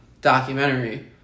documentary